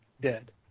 dead